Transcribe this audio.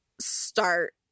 start